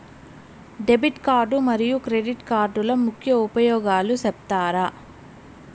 Debit card మరియు credit కార్డుల ముఖ్య ఉపయోగాలు సెప్తారా?